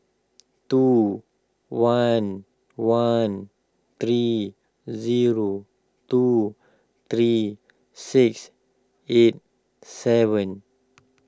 two one one three zero two three six eight seven